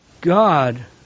God